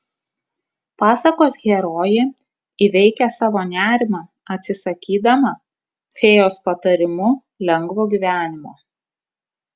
pasakos herojė įveikia savo nerimą atsisakydama fėjos patarimu lengvo gyvenimo